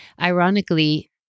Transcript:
Ironically